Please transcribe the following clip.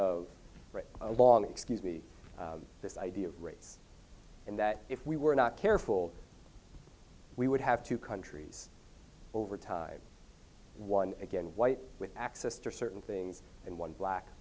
ight along excuse me this idea of race and that if we were not careful we would have two countries over tide one again white with access to certain things and one black